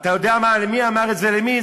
אתה יודע מה, מי אמר את זה למי?